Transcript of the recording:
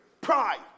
pride